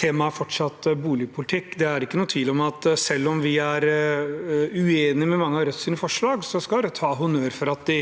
Temaet er fortsatt boligpolitikk. Det er ikke noen tvil om at selv om vi er uenig i mange av Rødts forslag, så skal Rødt ha honnør for at de